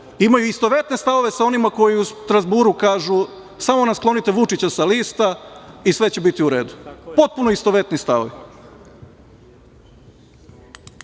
imaju istovetne stavove sa onima koji u Strazburu kažu – samo nam sklonite Vučića sa lista i sve će biti u redu. Potpuno istovetni stavovi. Na